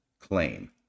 claim